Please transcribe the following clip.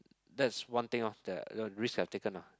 that's one thing of that the risk I've taken ah